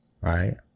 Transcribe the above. Right